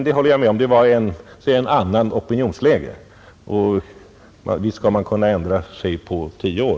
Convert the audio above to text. Däremot håller jag med om att vi hade ett annat opinionsläge i början av 1960-talet, och visst skall man kunna ändra sig på tio år.